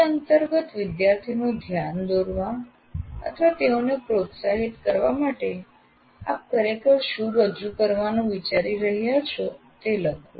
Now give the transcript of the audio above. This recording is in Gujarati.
તે અંતર્ગત વિદ્યાર્થીનું ધ્યાન દોરવા અથવા તેઓને પ્રોત્સાહિત કરવા માટે આપ ખરેખર શું રજૂ કરવાનું વિચારી રહ્યા છો તે લખો